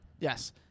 Yes